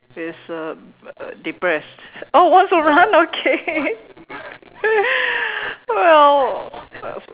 is uh depressed oh what's around okay well